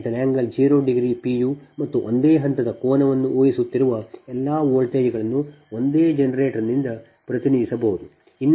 u ಮತ್ತು ಒಂದೇ ಹಂತದ ಕೋನವನ್ನು ಊಹಿಸುತ್ತಿರುವ ಎಲ್ಲಾ ವೋಲ್ಟೇಜ್ಗಳನ್ನು ಒಂದೇ ಜನರೇಟರ್ನಿಂದ ಪ್ರತಿನಿಧಿಸಬಹುದು